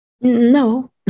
no